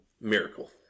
Miracle